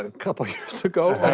ah couple years ago,